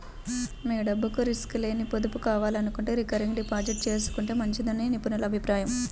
మీ డబ్బుకు రిస్క్ లేని పొదుపు కావాలనుకుంటే రికరింగ్ డిపాజిట్ చేసుకుంటే మంచిదని నిపుణుల అభిప్రాయం